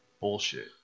bullshit